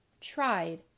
tried